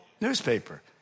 newspaper